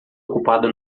ocupado